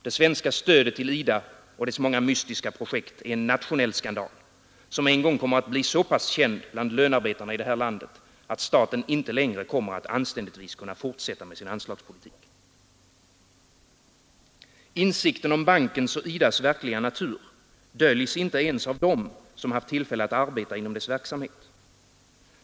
Det svenska stödet till IDA och dess många mystiska projekt är en nationell skandal, som en gång kommer att bli så pass känd bland lönearbetarna i det här landet, att staten anständigtvis inte längre kommer att kunna fortsätta med sin anslagspolitik. Insikten om bankens och IDA :s verkliga natur döljs inte ens av dem som haft tillfälle att arbeta inom dess verksamhet.